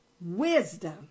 Wisdom